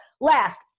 last